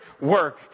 work